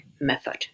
method